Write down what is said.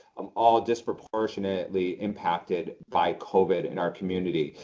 um all disproportionately impacted by covid in our community.